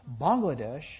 Bangladesh